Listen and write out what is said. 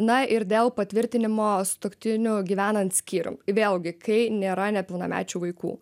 na ir dėl patvirtinimo sutuoktinių gyvenant skyrium vėlgi kai nėra nepilnamečių vaikų